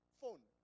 phone